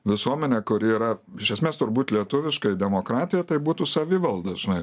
visuomenė kuri yra iš esmės turbūt lietuviškoj demokratijoj tai būtų savivalda žinai